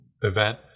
event